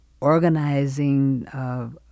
organizing